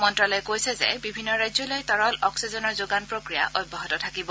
মন্ত্যালয়ে কৈছে যে বিভিন্ন ৰাজ্যলৈ তৰল অগ্নিজেনৰ যোগান প্ৰক্ৰিয়া অব্যাহত থাকিব